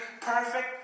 perfect